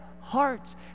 hearts